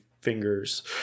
fingers